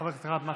חבר הכנסת מקלב.